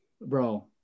bro